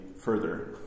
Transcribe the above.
further